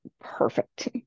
perfect